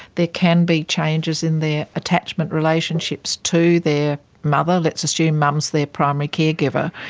there can be changes in their attachment relationships to their mother, let's assume mum is their primary care giver,